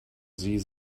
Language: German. sie